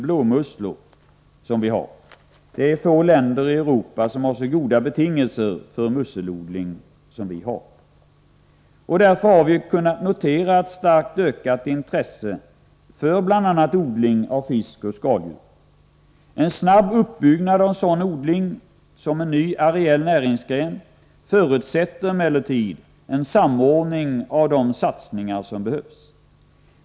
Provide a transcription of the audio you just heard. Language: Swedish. blåmusslor. Få länder i Europa har så goda betingelser för musselodling som vi har. Därför har vi kunnat notera ett starkt ökat intresse för bl.a. odling av fisk och skaldjur. En snabb uppbyggnad av sådan odling som en ny areell näringsgren förutsätter emellertid en samordning av de satsningar som behövs.